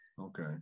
Okay